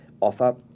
offer